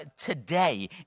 today